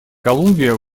колумбия